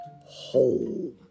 whole